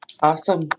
Awesome